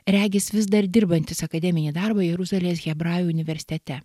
regis vis dar dirbantis akademinį darbą jeruzalės hebrajų universitete